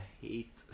hate